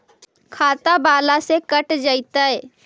खाता बाला से कट जयतैय?